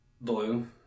Blue